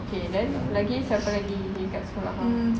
okay then lagi siapa lagi dekat sekolah kau